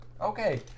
Okay